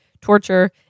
torture